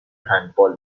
هندبال